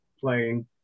playing